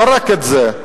לא רק זה,